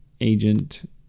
agent